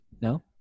No